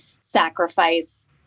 sacrifice